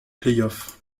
playoffs